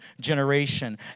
generation